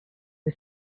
was